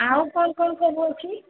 ଆଉ କ'ଣ କ'ଣ ସବୁ ଅଛି